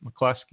McCluskey